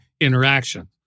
interaction